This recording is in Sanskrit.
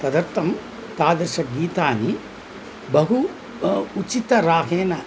तदर्थं तादृशगीतानि बहु उचितरागेण